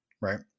Right